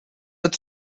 het